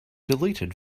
deleted